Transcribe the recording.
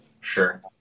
Sure